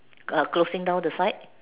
are closing down the site